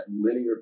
linear